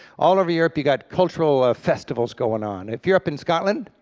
all over europe you got cultural ah festivals going on. if you're up in scotland,